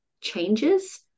changes